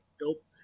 nope